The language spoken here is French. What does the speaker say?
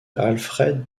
alfred